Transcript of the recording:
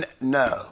No